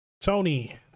Tony